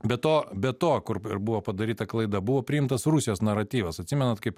be to be to kur buvo padaryta klaida buvo priimtas rusijos naratyvas atsimenat kaip